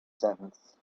sentence